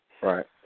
Right